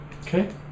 Okay